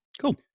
Cool